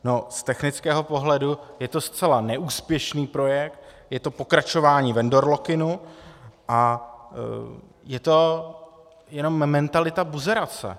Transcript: No, z technického pohledu je to zcela neúspěšný projekt, je to pokračování vendor lockinu a je to jenom mentalita buzerace.